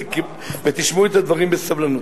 ותשמעו את הדברים בסבלנות.